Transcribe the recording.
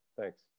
Thanks